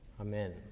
Amen